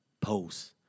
posts